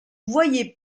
voyait